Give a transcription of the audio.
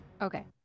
Okay